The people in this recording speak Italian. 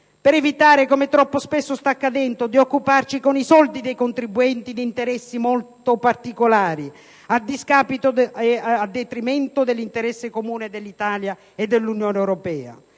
inoltre, come troppo spesso sta accadendo di occuparci con i soldi dei contribuenti di interessi molto particolari, a detrimento dell'interesse comune dell'Italia e dell'Unione europea.